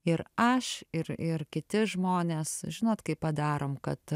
ir aš ir ir kiti žmonės žinot kai padarom kad